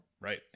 Right